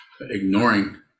ignoring